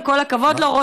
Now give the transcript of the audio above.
עם כל הכבוד לו,